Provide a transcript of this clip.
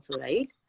right